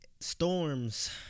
storms